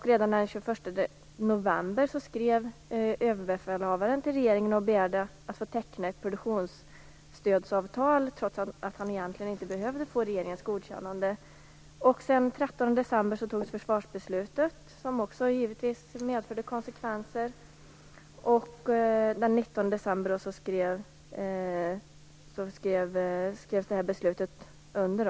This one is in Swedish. Redan den 21 november skrev överbefälhavaren till regeringen och begärde att få teckna ett produktionsstödsavtal, trots att han egentligen inte behövde få regeringens godkännande. Den 13 december fattades försvarsbeslutet, som givetvis också medförde konsekvenser, och den 19 december skrevs avtalet under.